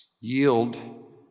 yield